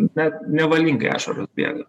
bet nevalingai ašaros bėga